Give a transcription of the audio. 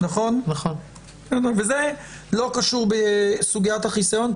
זה לא קשור בסוגיית החיסיון,